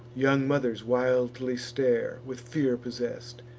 young mothers wildly stare, with fear possess'd,